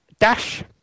Dash